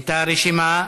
את הרשימה.